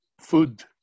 food